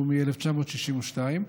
שהוא מ-1962,